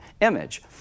image